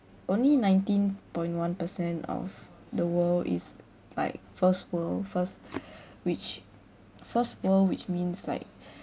only nineteen point one percent of the world is like first world first which first world which means like